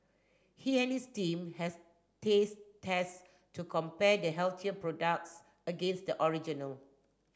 he and his team has taste test to compare the healthier products against the original